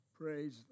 Praise